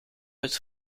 het